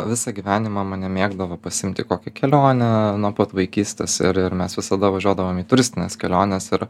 visą gyvenimą mane mėgdavo pasiimti į kokią kelionę nuo pat vaikystės ir ir mes visada važiuodavom į turistines keliones ir